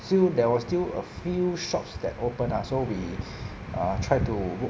still there was still a few shops that open ah so we err try to book